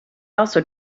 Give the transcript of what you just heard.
also